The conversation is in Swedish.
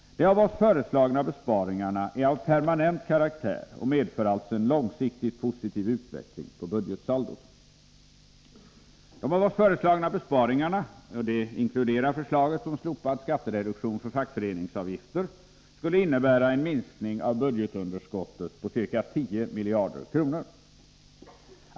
De av oss föreslagna besparingarna är av permanent karaktär och medför alltså en långsiktigt positiv utveckling på budgetsaldot. De av oss föreslagna besparingarna, inkl. förslaget om slopad skattereduktion för fackföreningsavgifter, skulle innebära en minskning av budgetunderskottet på ca 10 miljarder kronor.